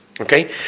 Okay